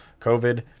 covid